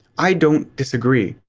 i don't disagree.